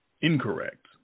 incorrect